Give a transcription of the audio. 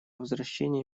возвращение